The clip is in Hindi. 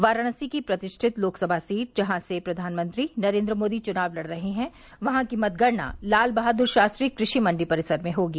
वाराणसी की प्रतिष्ठित लोकसभा सीट जहां से प्रधानमंत्री नरेन्द्र मोदी चुनाव लड़ रहे हैं वहां की मतगणना लाल बहादुर शास्त्री कृषि मंडी परिसर में होगी